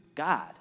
God